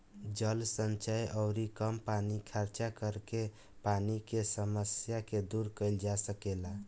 जल संचय अउरी कम पानी खर्चा करके पानी के समस्या के दूर कईल जा सकेला